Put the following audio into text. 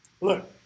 Look